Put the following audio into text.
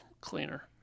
cleaner